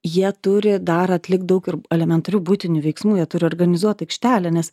jie turi dar atlikt daug ir elementarių buitinių veiksmų jie turi organizuot aikštelę nes